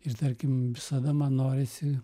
ir tarkim visada man norisi